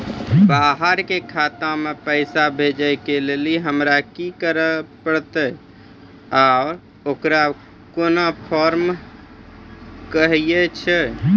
बाहर के खाता मे पैसा भेजै के लेल हमरा की करै ला परतै आ ओकरा कुन फॉर्म कहैय छै?